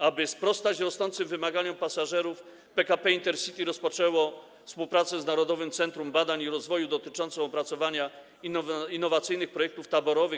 Aby sprostać rosnącym wymaganiom pasażerów, PKP Intercity rozpoczęło współpracę z Narodowym Centrum Badań i Rozwoju dotyczącą opracowania innowacyjnych projektów taborowych.